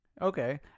Okay